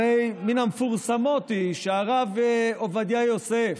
הרי מן המפורסמות שהרב עובדיה יוסף,